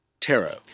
tarot